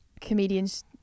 comedians